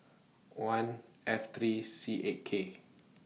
one F three C eight K